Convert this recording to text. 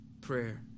prayer